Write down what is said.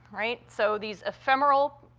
right? so these ephemeral,